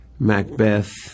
Macbeth